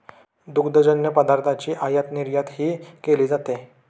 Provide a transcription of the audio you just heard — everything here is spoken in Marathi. दुग्धजन्य पदार्थांची आयातनिर्यातही केली जाते